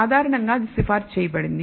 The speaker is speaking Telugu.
సాధారణంగా అది సిఫారసు చేయబడింది